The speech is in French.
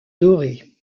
doré